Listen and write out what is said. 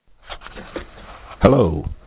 Hello